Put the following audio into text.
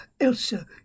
Elsa